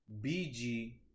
BG